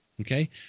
okay